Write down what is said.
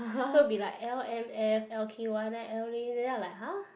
so be like L_M_F L_K_Y then then I like !huh!